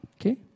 Okay